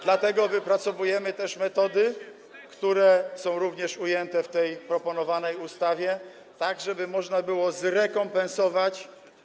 Dlatego wypracowujemy też metody, które są również ujęte w proponowanej ustawie, tak żeby można było zrekompensować.